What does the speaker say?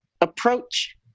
approach